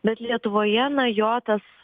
bet lietuvoje na jo tas